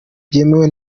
byemewe